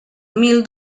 mil